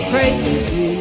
Crazy